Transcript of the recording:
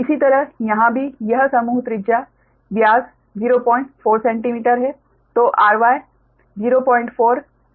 इसी तरह यहां भी यह समूह त्रिज्या व्यास 04 सेंटीमीटर है